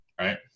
right